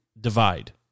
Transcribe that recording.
divide